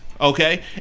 Okay